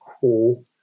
cool